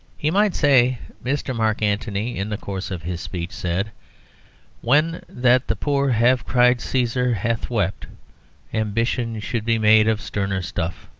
he might say mr. mark antony, in the course of his speech, said when that the poor have cried caesar hath wept ambition should be made of sterner stuff